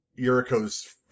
Yuriko's